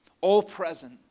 all-present